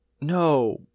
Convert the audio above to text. No